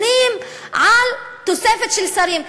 אומרים על תוספת של שרים.